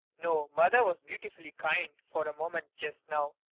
no, imother was beautifully kind for a moment just now.